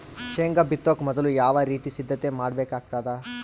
ಶೇಂಗಾ ಬಿತ್ತೊಕ ಮೊದಲು ಯಾವ ರೀತಿ ಸಿದ್ಧತೆ ಮಾಡ್ಬೇಕಾಗತದ?